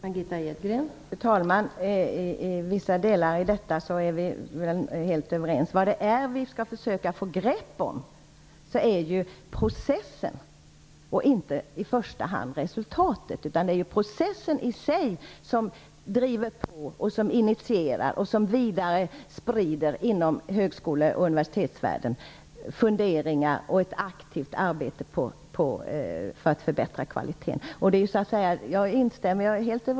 Fru talman! Till en viss del är vi överens. Det vi skall försöka få grepp om är processen och inte i första hand resultatet. Det är processen i sig som gör att funderingar och ett aktivt arbete för att förbättra kvaliteten sprider sig inom högskole och universitetsvärlden.